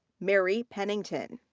mary pennington.